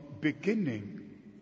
beginning